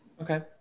Okay